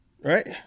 right